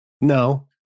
No